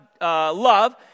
love